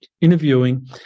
interviewing